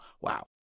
wow